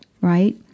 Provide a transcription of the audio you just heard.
right